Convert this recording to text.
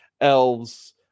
elves